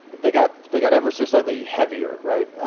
they got they got ever so slightly heavier, right?